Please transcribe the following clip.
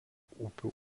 upių